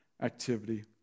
activity